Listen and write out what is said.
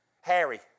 Harry